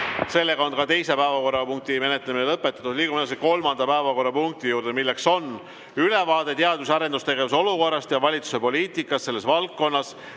Sellega on ka teise päevakorrapunkti menetlemine lõpetatud. Liigume edasi kolmanda päevakorrapunkti juurde, milleks on ülevaade teadus- ja arendustegevuse olukorrast ja valitsuse poliitikast selles valdkonnas.